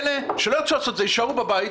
אלה שלא ירצו לעשות את זה יישארו בבית,